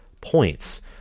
points